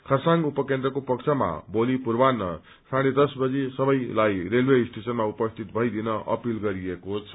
खरसाङ उप केन्द्रको पक्षमा भोलि पूर्वान्ह साँढे दश बजे सबैलाई रेलवे स्टेशनमा उपस्थिति भइदिन अपील गरिएको छ